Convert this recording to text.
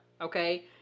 okay